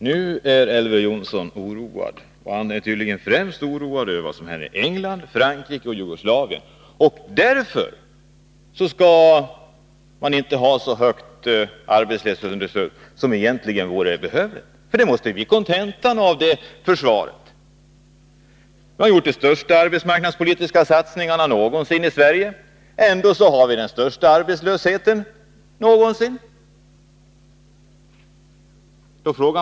Herr talman! Nu är Elver Jonsson oroad, och han är tydligen oroad främst över vad som händer i England, Frankrike och Jugoslavien. Därför skall de arbetslösa inte ha så högt arbetslöshetsunderstöd som egentligen är behövligt — det är kontentan av Elver Jonssons försvar för förslaget. Vi har gjort de största arbetsmarknadspolitiska satsningarna någonsin i Sverige, säger Elver Jonsson. Ändå har vi den största arbetslösheten någonsin!